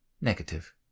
negative